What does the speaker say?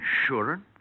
Insurance